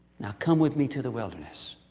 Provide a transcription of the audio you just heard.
now, come with me to the wilderness.